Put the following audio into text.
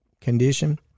condition